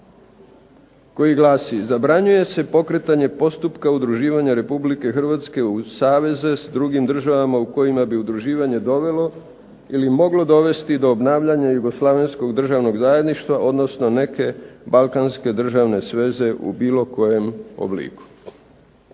koji glasi: "Zabranjuje se pokretanje postupka udruživanja Republike Hrvatske u saveze s drugim državama u kojima bi udruživanje dovelo ili moglo dovesti do obnavljanja jugoslavenskog državnog zajedništva, odnosno neke balkanske državne sveze u bilo kojem obliku."